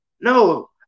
no